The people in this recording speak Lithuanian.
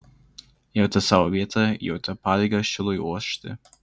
jautė savo vietą jautė pareigą šilui ošti